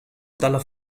dalla